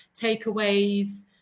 takeaways